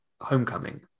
homecoming